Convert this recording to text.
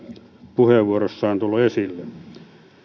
on tullut esille